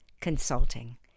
consulting